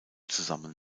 zusammen